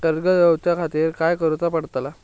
कर्ज घेऊच्या खातीर काय करुचा पडतला?